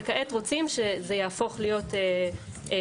וכעת רוצים שזה יהפוך להיות רישיון,